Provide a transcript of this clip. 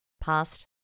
past